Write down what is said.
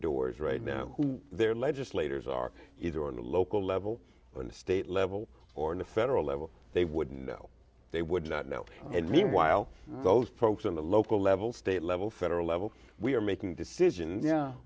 doors right now who their legislators are either on the local level or in the state level or in the federal level they wouldn't know they would not know and meanwhile those folks on the local level state level federal level we're making decisions yeah